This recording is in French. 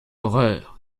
horreur